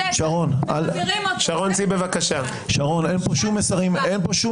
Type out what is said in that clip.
שרון, אני קורא אותך לסדר בקריאה שלישית.